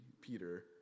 Peter